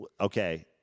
okay